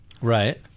Right